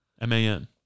M-A-N